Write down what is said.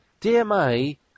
DMA